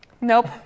Nope